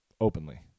openly